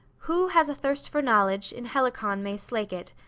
who has a thirst for knowledge, in helicon may slake it,